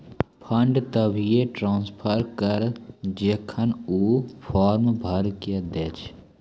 fund तभिये transfer करऽ जेखन ऊ फॉर्म भरऽ के दै छै